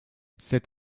c’est